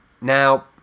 Now